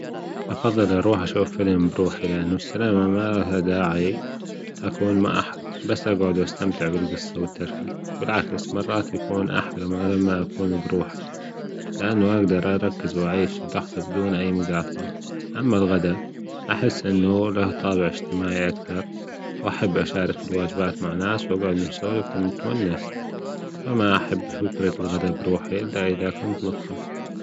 أفضل اروح أشوف فيلم لروحي لأنة السينما ما الها داعى أكون مع أحد بس أجعد وأستمتع بالقصة وبتركيز بالعكس مرات يكون أحلي ما لما أكون بروحى لأنه هقدر أركزوأعيش اللحظه بدون اى مجاطعة أما الغدا أحس انة له طابع أجتماعى أكثر وأحب أشارك الوجبات مع ناس واجعد نتشارك ونتونس فما أحب فكرة الغدا بروحي الا أذا كنت مضطر